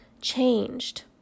changed